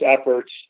efforts